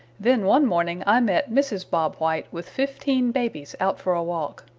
then one morning i met mrs. bob white with fifteen babies out for a walk.